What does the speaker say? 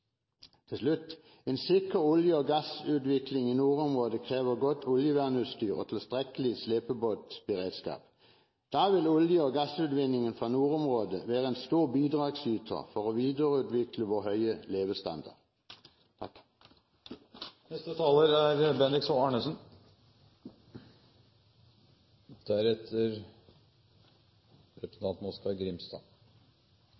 Til slutt: En sikker olje- og gassutvikling i nordområdene krever godt oljevernutstyr og tilstrekkelig slepebåtberedskap. Da vil olje- og gassutvinningen fra nordområdene være en stor bidragsyter for å videreutvikle vår høye levestandard. Denne stortingsmeldingen har fått navnet En næring for framtida – om petroleumsvirksomheten. Dette er